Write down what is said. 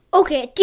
okay